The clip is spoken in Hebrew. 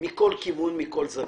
מכל כיוון ומכל זווית,